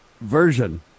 version